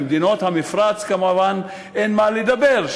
במדינות המפרץ כמובן אין מה לדבר,